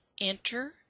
ENTER